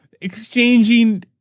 exchanging